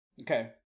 Okay